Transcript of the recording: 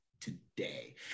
today